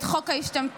את חוק ההשתמטות?